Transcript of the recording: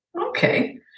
Okay